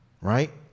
Right